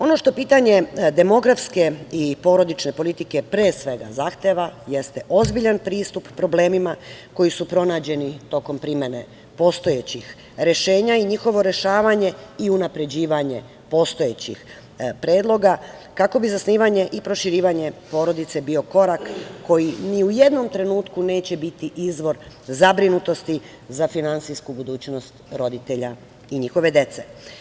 Ono što pitanje demografske i porodične politike, pre svega, zahteva jeste ozbiljan pristup problemima koji su pronađeni tokom primene postojećih rešenja i njihovo rešavanje i unapređivanje postojećih predloga kako bi zasnivanje i proširivanje porodice bio korak koji ni u jednom trenutku neće biti izvor zabrinutosti za finansijsku budućnost roditelja i njihove dece.